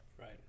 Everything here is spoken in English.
Right